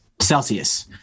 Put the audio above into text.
Celsius